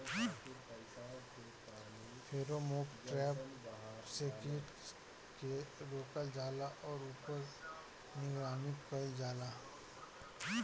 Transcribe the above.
Pheromone trap से कीट के रोकल जाला और ऊपर निगरानी कइल जाला?